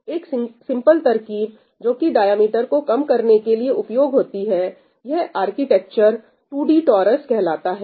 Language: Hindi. एक सिंपल तरकीब जो कि डायमीटर को कम करने के लिए उपयोग होती है यह आर्किटेक्चर 2D टोरस Tourus कहलाता है